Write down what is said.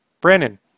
Brandon